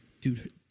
dude